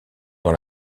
dans